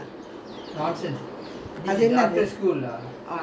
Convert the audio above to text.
ah last time அண்னே:annae go and pluck rambutan ah instead of going to school lah